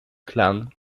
klang